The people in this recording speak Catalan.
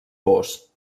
pors